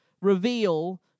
reveal